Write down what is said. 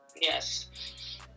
yes